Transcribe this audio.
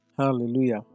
hallelujah